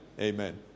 Amen